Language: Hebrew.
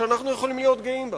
שאנחנו יכולים להיות גאים בה.